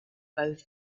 both